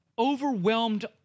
overwhelmed